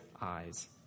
eyes